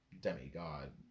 demigod